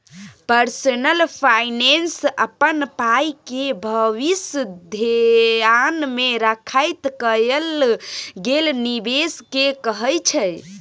personal finance अपन पाइके भबिस धेआन मे राखैत कएल गेल निबेश केँ कहय छै